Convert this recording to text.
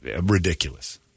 ridiculous